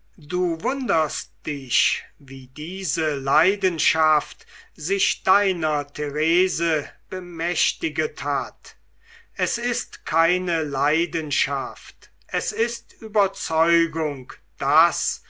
du wunderst dich wie diese leidenschaft sich deiner therese bemächtigt hat es ist keine leidenschaft es ist überzeugung daß